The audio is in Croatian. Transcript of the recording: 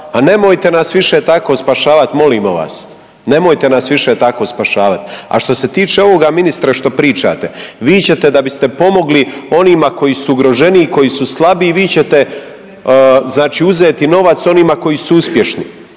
nemojte nas više tako spašavat. A što se tiče ovoga ministre što pričate, vi ćete da biste pomogli onima koji su ugroženiji i koji su slabiji vi ćete znači uzeti novac onima koji su uspješni,